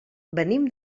venim